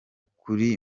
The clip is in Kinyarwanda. kuri